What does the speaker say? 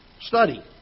Study